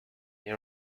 they